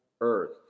earth